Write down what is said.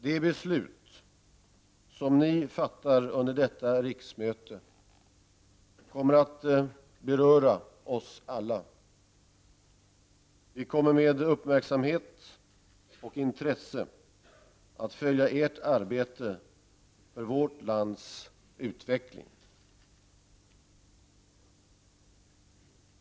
De beslut som ni fattar under detta riksmöte kommer att beröra oss alla. Vi kommer med uppmärksamhet och intresse att följa Edert arbete för vårt lands utveckling.